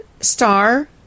star